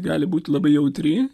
gali būti labai jautri